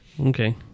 Okay